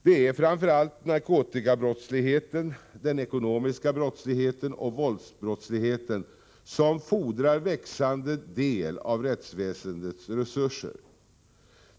Det är framför allt narkotikabrottsligheten, den ekonomiska brottsligheten och våldsbrottsligheten som fordrar en växande del av rättsväsendets resurser.